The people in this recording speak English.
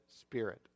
Spirit